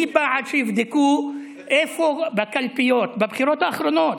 אני בעד שיבדקו איפה בקלפיות בבחירות האחרונות,